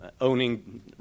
owning